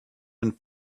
and